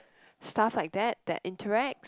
stuff like that that interacts